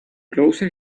closer